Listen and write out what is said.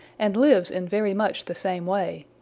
and lives in very much the same way.